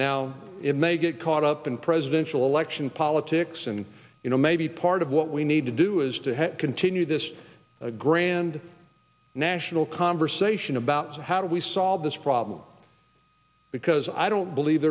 now it may get caught up in presidential election politics and you know maybe part of what we need to do is to continue this a grand national conversation about how do we solve this problem because i don't believe